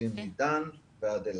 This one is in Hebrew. שפרוסים מדן ועד אילת.